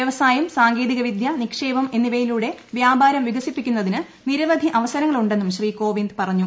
വ്യവസായം സാങ്കേതികവിദ്യ നിക്ഷേപം എന്നിവയിലൂടെ വ്യാപാരം വികസിപ്പിക്കുന്നതിന് നിരവധി അവസരങ്ങളുണ്ടെന്നും ശ്രീ കോവിന്ദ് പറഞ്ഞു